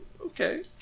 okay